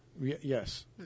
Yes